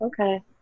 Okay